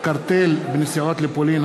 קרטל בנסיעות לפולין,